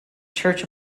church